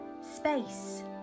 space